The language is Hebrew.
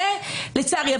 לצערי.